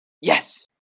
Yes